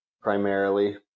primarily